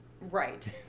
Right